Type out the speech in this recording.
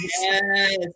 Yes